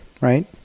right